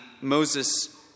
Moses